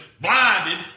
blinded